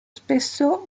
spesso